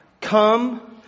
come